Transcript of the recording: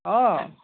অঁ